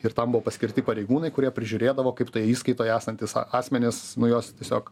ir tam buvo paskirti pareigūnai kurie prižiūrėdavo kaip toj įskaitoj esantys asmenys nu juos tiesiog